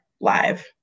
live